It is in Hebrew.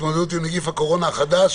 להתמודדות עם נגיף הקורונה החדש